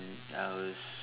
and I was